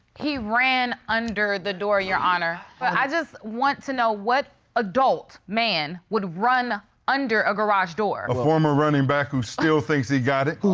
he ran under the door, your honor. but i just want to know what adult man would run under a garage door? a former running back who still thinks he got it.